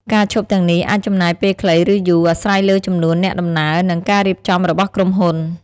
ការឈប់ទាំងនេះអាចចំណាយពេលខ្លី ឬយូរ អាស្រ័យលើចំនួនអ្នកដំណើរ និងការរៀបចំរបស់ក្រុមហ៊ុន។